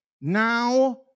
now